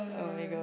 oh-my-god